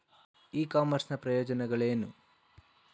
E commerce ನ ಪ್ರಯೋಜನಗಳೇನು?